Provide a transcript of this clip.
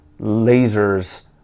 lasers